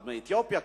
אבל מאתיופיה,